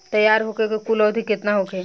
तैयार होखे के कुल अवधि केतना होखे?